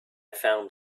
found